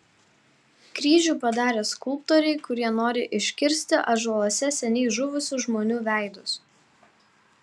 kryžių padarė skulptoriai kurie nori iškirsti ąžuoluose seniai žuvusių žmonių veidus